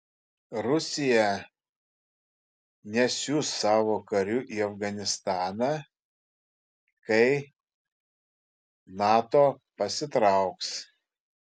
rusija nesiųs savo karių į afganistaną kai nato pasitrauks